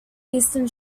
eastern